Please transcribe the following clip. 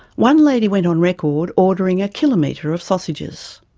one lady went on record ordering a kilometre of sausages!